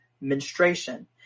menstruation